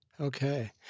okay